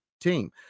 team